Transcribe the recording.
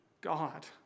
God